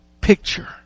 picture